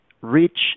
reach